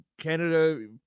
Canada